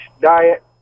diet